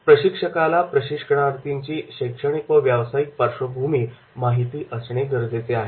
प्रशिक्षकाला प्रशिक्षणार्थींची शैक्षणिक व व्यावसायिक पार्श्वभूमी माहिती असणे गरजेचे आहे